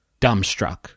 dumbstruck